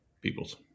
peoples